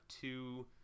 two